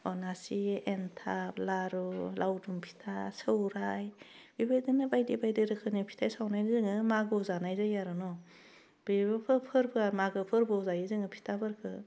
अनासि एनथाब लारु लावदुम फिथा सौराइ बेबायदिनो बायदि बायदि रोखोमनि फिथा सावनाय दङो मागोआव जानाय जायो आरो न' बेबो फोरबोआ मागो फोरबोआव जायो जोङो फिथाफोरखौ